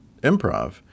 improv